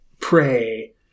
pray